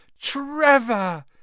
Trevor